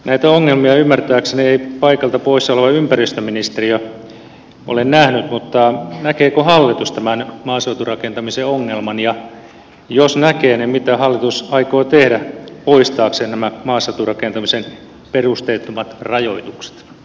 näitä ongelmia ymmärtääkseni ei paikalta poissa oleva ympäristöministeri ole nähnyt mutta näkeekö hallitus tämän maaseuturakentamisen ongelman ja jos näkee niin mitä hallitus aikoo tehdä poistaakseen nämä maaseuturakentamisen perusteettomat rajoitukset